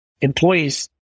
employees